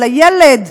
של הילד,